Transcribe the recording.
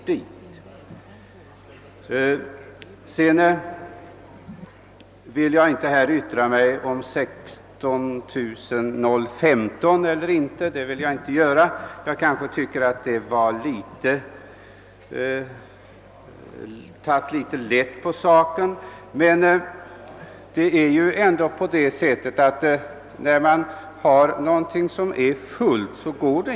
Jag vill inte yttra mig beträffande uppgiften 16 015 fördon per dygn, men jag tycker det är att ta litet för lätt på saken: Är någonting fullt går det inte att fylla det mer — och det är fallet med trafikbelastningen på E 6.